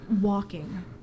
walking